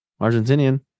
argentinian